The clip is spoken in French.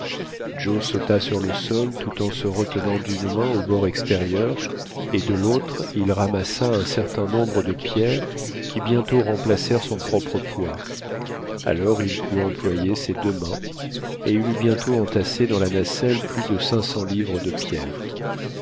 joe sauta sur le sol tout en se retenant d'une main au bord extérieur et de l'autre il ramassa un certain nombre de pierres qui bientôt remplacèrent son propre poids alors il put employer ses deux mains et il eut bientôt entassé dans la nacelle plus de cinq cents livres de pierres